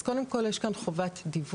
אז קודם כל, יש כאן חובת דיווח.